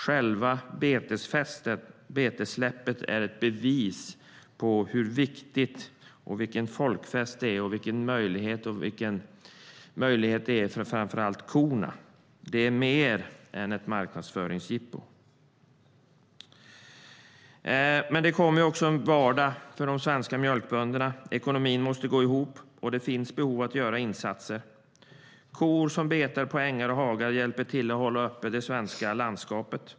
Själva betessläppet är ett bevis på hur viktigt detta är, vilken folkfest det är och vilken möjlighet det är för framför allt korna. Det är mer än ett marknadsföringsjippo. Kor som betar på ängar och hagar hjälper till att hålla det svenska landskapet öppet.